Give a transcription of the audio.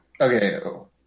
Okay